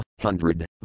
hundred